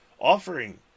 Offering